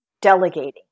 delegating